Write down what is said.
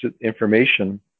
information